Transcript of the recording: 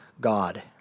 God